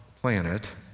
planet